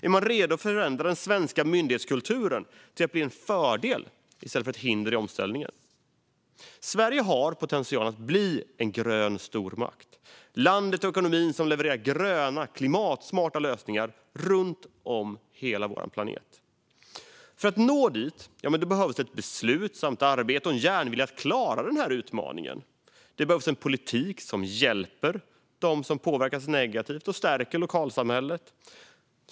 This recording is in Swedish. Är man redo att förändra den svenska myndighetskulturen till att bli en fördel i stället för ett hinder i omställningen? Sverige har potentialen att bli en grön stormakt, att bli landet och ekonomin som levererar gröna, klimatsmarta lösningar runt om hela vår planet. För att nå dit behövs ett beslutsamt arbete och en järnvilja att klara den här utmaningen. Det behövs en politik som hjälper dem som påverkas negativt och som stärker lokalsamhällen.